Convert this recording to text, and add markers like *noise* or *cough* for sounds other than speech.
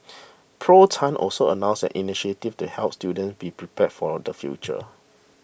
*noise* Prof Tan also announced an initiative to help students be prepared for the future